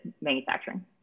manufacturing